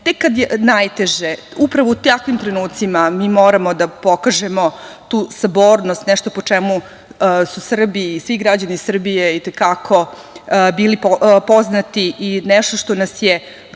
tek kada je najteže, upravo u takvim trenucima, mi moramo da pokažemo tu sabornost, nešto po čemu su Srbi i svi građani Srbije i te kako bili poznati i to je nešto što nas je